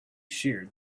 sheared